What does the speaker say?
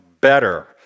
better